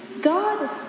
God